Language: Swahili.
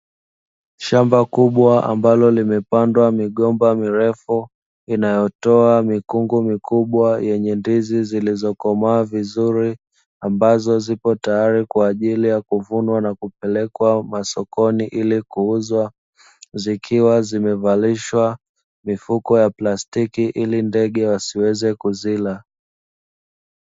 Shamba kubwa ambalo limepandwa migomba mirefu inayotoa mikungu mikubwa yenye ndizi zilizokomaa vizuri, ambazo zipo tayari kwa ajili ya kuvunwa na kupelekwa masokoni ili kuuzwa, zikiwa zimevalishwa mifuko ya plastiki ili ndege wasiweze kuzila.